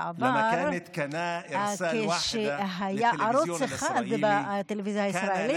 בעבר, כשהיה ערוץ אחד בטלוויזיה הישראלית,